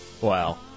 Wow